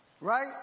right